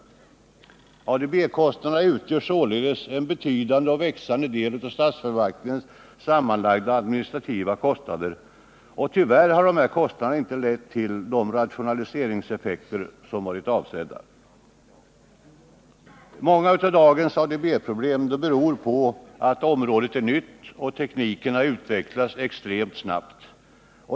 ADB-kostnaderna utgör således en betydande och växande del av statsförvaltningens sammanlagda administrativa kostnader. Tyvärr har dessa kostnader inte lett till de rationaliseringseffekter som har varit avsedda. Många av dagens ADB-problem beror på att området är nytt och att tekniken har utvecklats extremt snabbt.